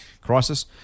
crisis